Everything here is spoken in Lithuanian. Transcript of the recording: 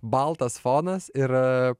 baltas fonas ir